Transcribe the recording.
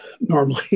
normally